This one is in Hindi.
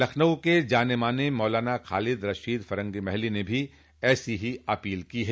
लखनऊ के जाने माने मौलाना खालिद रशीद फिरंगी महली ने भी ऐसी ही अपील की है